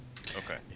okay